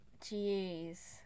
Jeez